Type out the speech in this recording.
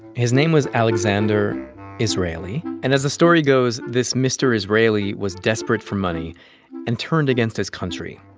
his name was alexander israeli. and as the story goes, this mr. israeli was desperate for money and turned against his country.